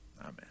Amen